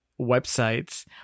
websites